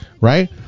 Right